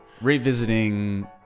Revisiting